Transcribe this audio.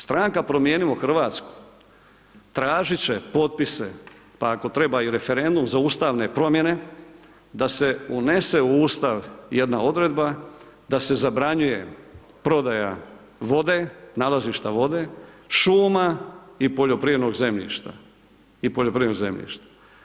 Stranka Promijenimo Hrvatsku tražit će potpise pa ako treba i referendum za ustavne promjene, da se unese u Ustav jedna odredba da se zabranjuje prodaja vode, nalazišta vode, šuma i poljoprivrednog zemljišta i poljoprivrednog zemljišta.